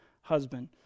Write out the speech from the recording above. husband